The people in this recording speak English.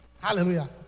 Hallelujah